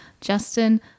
Justin